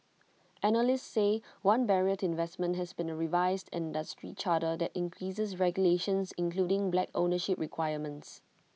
analysts say one barrier to investment has been A revised industry charter that increases regulations including black ownership requirements